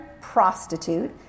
prostitute